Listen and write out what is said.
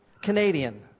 Canadian